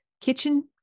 kitchen